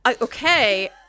Okay